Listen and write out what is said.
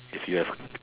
if you have